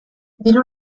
diru